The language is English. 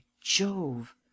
Jove